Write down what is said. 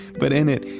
but in it,